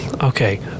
Okay